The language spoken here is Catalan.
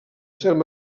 certs